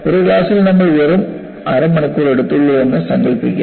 ഒരു ക്ലാസ്സിൽ നമ്മൾ വെറും അരമണിക്കൂർ എടുത്തുള്ളൂ എന്ന് സങ്കൽപ്പിക്കുക